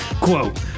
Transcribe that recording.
Quote